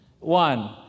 One